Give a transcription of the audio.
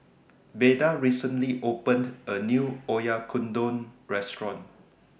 Beda recently opened A New Oyakodon Restaurant